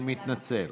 אני מתנצל.